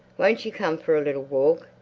won't you come for a little walk?